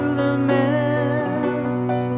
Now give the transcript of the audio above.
lament